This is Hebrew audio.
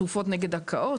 תרופות נגד הקאות,